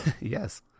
Yes